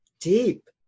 deep